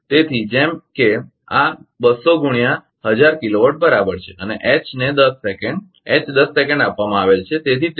તેથી જેમ કે આ 200 ગુણ્યા 1000 કિલોવોટ બરાબર છે અને H ને 10 સેકન્ડ એચ 10 સેકન્ડ આપવામાં આવેલ છે